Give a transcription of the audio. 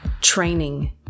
training